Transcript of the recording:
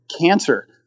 cancer